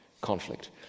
conflict